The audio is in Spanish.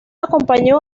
acompañó